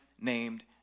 named